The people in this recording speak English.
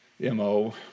mo